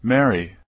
Mary